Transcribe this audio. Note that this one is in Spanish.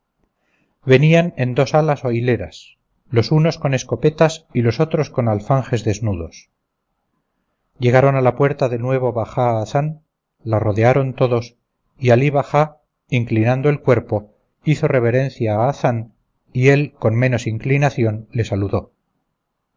venían en dos alas o hileras los unos con escopetas y los otros con alfanjes desnudos llegaron a la puerta del nuevo bajá hazán la rodearon todos y alí bajá inclinando el cuerpo hizo reverencia a hazán y él con menos inclinación le saludó